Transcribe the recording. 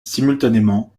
simultanément